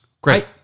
great